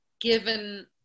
given